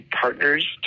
partners